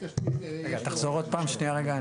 רגע, תחזור עוד פעם, שנייה רגע.